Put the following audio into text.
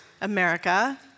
America